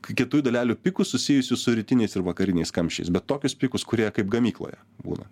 kietųjų dalelių pikus susijusius su rytiniais ir vakariniais kamščiais bet tokius pikus kurie kaip gamykloje būna